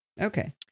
Okay